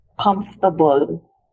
comfortable